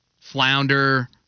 Flounder